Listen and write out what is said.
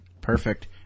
Perfect